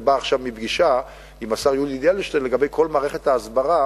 אני בא עכשיו מפגישה עם השר יולי אדלשטיין לגבי כל מערכת ההסברה,